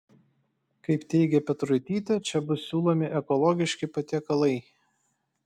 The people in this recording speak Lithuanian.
kaip teigė petruitytė čia bus siūlomi ekologiški patiekalai